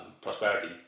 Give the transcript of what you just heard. prosperity